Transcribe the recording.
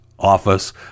office